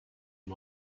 and